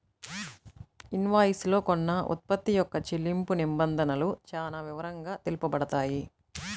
invoice లో కొన్న ఉత్పత్తి యొక్క చెల్లింపు నిబంధనలు చానా వివరంగా తెలుపబడతాయి